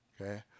okay